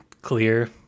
clear